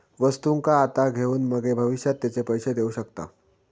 वस्तुंका आता घेऊन मगे भविष्यात तेचे पैशे देऊ शकताव